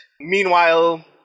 meanwhile